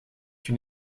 une